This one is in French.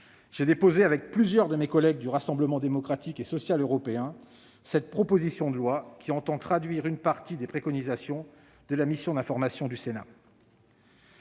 j'ai déposé, avec plusieurs de mes collègues du groupe du Rassemblement Démocratique et Social Européen, cette proposition de loi qui entend traduire une partie des préconisations de la mission d'information du Sénat.